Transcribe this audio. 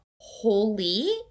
holy